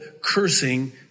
cursing